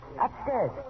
Upstairs